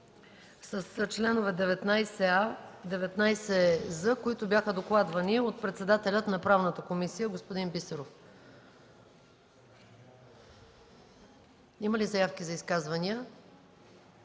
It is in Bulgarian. с членове 19а-19з, които бяха докладвани от председателя на Правната комисия господин Бисеров. Има ли заявки за изказвания?